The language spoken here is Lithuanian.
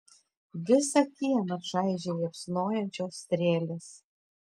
visą kiemą čaižė liepsnojančios strėlės